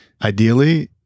Ideally